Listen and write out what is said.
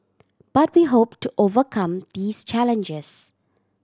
but we hope to overcome these challenges